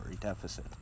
deficit